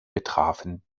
betrafen